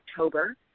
October